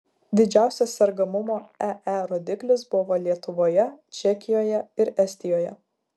didžiausias sergamumo ee rodiklis buvo lietuvoje čekijoje ir estijoje